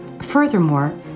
Furthermore